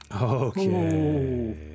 Okay